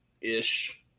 ish